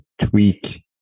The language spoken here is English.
tweak